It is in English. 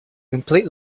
complete